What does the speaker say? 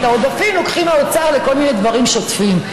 את העודפים לוקח האוצר לכל מיני דברים שוטפים.